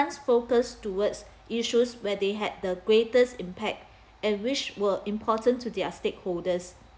focus towards issues where they had the greatest impact and which were important to their stakeholders